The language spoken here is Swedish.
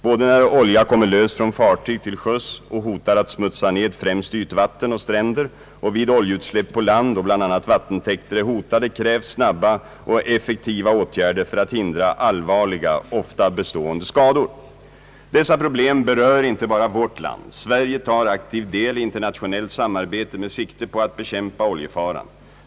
Både när olja kommer lös från fartyg till sjöss och hotar att smutsa ned främst ytvatten och stränder och vid oljeutsläpp på land då bl.a. vattentäkter är hotade krävs snabba och effektiva åtgärder för att hindra allvarliga, ofta bestående skador. Dessa problem berör inte bara vårt land. Sverige tar aktiv del i internationellt samarbete med sikte på att bekämpa oljefaran.